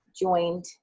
joined